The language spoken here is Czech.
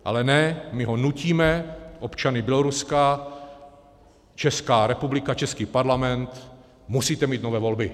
Ale ne, my ho nutíme, občany Běloruska, Česká republika, český parlament, musíte mít nové volby.